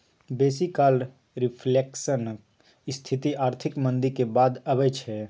बेसी काल रिफ्लेशनक स्थिति आर्थिक मंदीक बाद अबै छै